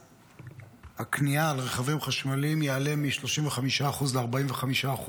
הקנייה על רכבים חשמליים יעלה מ-35% ל-45%,